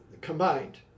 combined